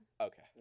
okay